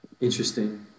Interesting